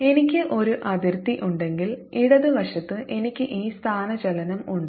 എനിക്ക് ഈ അതിർത്തി ഉണ്ടെങ്കിൽ ഇടത് വശത്ത് എനിക്ക് ഈ സ്ഥാനചലനം ഉണ്ട്